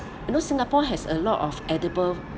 you know singapore has a lot of edible